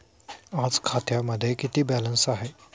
आज खात्यामध्ये किती बॅलन्स आहे?